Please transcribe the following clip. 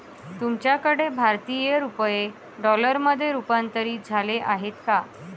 तुमच्याकडे भारतीय रुपये डॉलरमध्ये रूपांतरित झाले आहेत का?